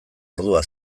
ordua